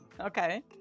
okay